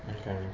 Okay